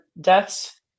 Deaths